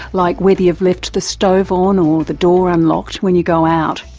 like whether you've left the stove on or the door unlocked when you go out,